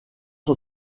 son